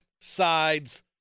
sides